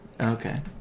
Okay